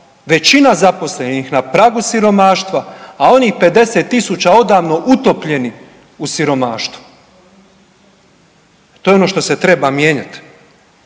većina zaposlenih na pragu siromaštva, a onih 50 000 odavno utopljenih u siromaštvu. To je ono što se treba mijenjati.